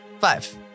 five